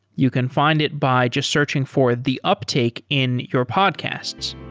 you can find it by just searching for the uptake in your podcasts